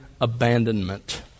abandonment